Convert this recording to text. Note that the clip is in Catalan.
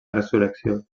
resurrecció